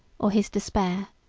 or his despair,